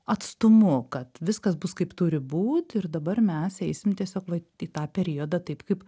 atstumu kad viskas bus kaip turi būt ir dabar mes eisim tiesiog vat į tą periodą taip kaip